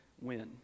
win